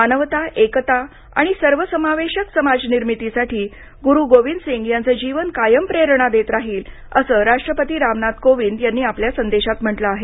मानवता एकता आणि सर्वसमावेशक समाज निर्मितीसाठी गुरु गोविंद सिंग यांचे जीवन कायम प्रेरणा देत राहील असं राष्ट्रपती रामनाथ कोविन्द यांनी आपल्या संदेशात म्हटलं आहे